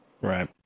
Right